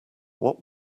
what